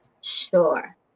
Sure